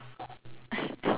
oh true true